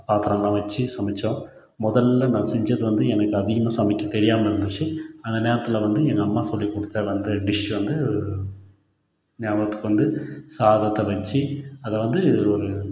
பாத்திரம்லாம் வச்சு சமைத்தோம் முதல்ல நான் செஞ்சது வந்து எனக்கு அதிகமாக சமைக்க தெரியாமல் இருந்துச்சு அந்த நேரத்தில் வந்து எங்கள் அம்மா சொல்லிக் கொடுத்த வந்த டிஷ்ஷு வந்து ஞாபகத்துக்கு வந்து சாதத்தை வச்சு அதை வந்து